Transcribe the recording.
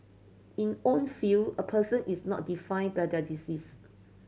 in own field a person is not defined by their disease